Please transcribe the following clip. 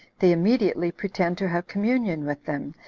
they immediately pretend to have communion with them,